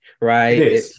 right